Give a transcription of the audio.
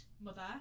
mother